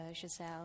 Giselle